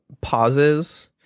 pauses